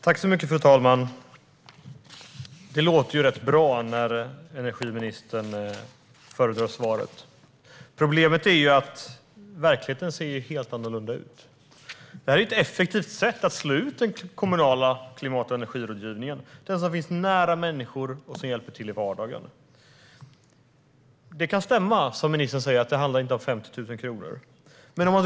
Fru talman! Energiministerns svar låter ganska bra. Problemet är att verkligheten ser helt annorlunda ut. Det här är ett effektivt sätt att slå ut den kommunala energi och klimatrådgivningen som finns nära människor och som hjälper till i vardagen. Ministern säger att det inte handlar om 50 000 kronor. Det kan stämma.